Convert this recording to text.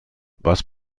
was